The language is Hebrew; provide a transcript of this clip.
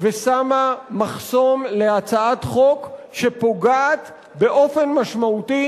ושמה מחסום להצעת חוק שפוגעת באופן משמעותי